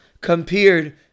compared